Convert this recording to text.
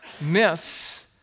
miss